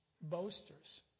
boasters